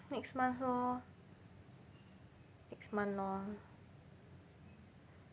next month lor next month lor